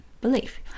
belief